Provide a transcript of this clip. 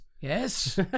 Yes